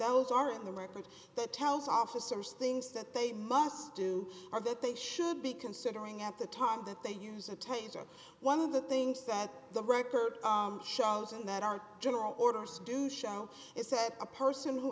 those are in the record that tells officers things that they must do or that they should be considering at the time that they use a taser one of the things that the record shows and that our general orders do show is that a person who